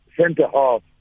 centre-half